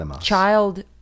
child